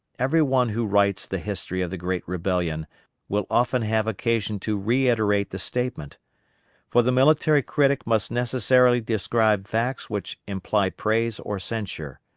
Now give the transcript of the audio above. every one who writes the history of the great rebellion will often have occasion to reiterate the statement for the military critic must necessarily describe facts which imply praise or censure.